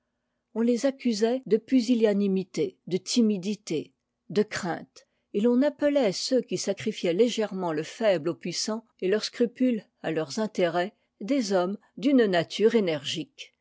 on les accusait de pusiiianimité de timidité de crainte et l'on appelait ceux qui sacrifiaient légèrement le faible au puissant et leurs scrupules à leurs intérêts des hommes mme nature énergique